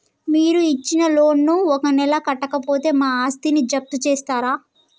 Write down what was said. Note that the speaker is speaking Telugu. మీరు ఇచ్చిన లోన్ ను ఒక నెల కట్టకపోతే మా ఆస్తిని జప్తు చేస్తరా?